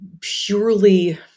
purely